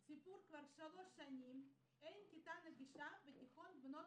כבר שלוש שנים אין כיתה נגישה בתיכון בלוד,